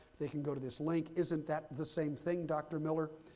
they can go to this link. isn't that the same thing, dr. miller,